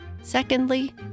Secondly